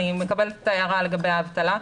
אני מקבלת את ההערה לגבי האבטלה,